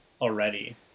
already